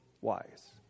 wise